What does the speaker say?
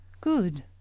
Good